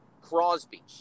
Crosby